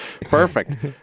Perfect